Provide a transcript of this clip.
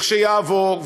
לכשיעבור,